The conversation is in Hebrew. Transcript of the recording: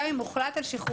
גם אם הוחלט על שחרורו,